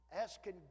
asking